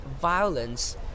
violence